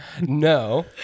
No